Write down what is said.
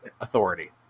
authority